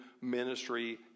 ministry